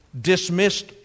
dismissed